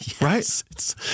Right